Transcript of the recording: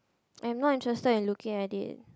I'm not interested in looking at it